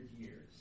years